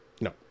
no